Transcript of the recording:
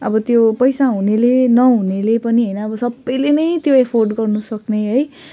अब त्यो पैसा हुनेले नहुनेले पनि होइन अब सबैले नै त्यो एफोर्ड गर्नुसक्ने है